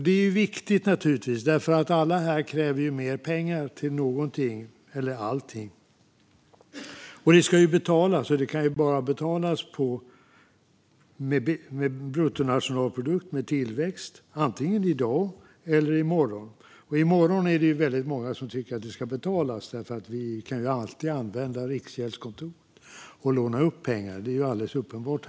Det här är viktigt eftersom alla kräver mer pengar till någonting eller allting. Det ska ju betalas, och det kan bara betalas med tillväxt i bruttonationalprodukten antingen i dag eller i morgon. I morgon är det många som tycker att det ska betalas; vi kan ju alltid använda Riksgäldskontoret för att låna pengarna. Det är alldeles uppenbart.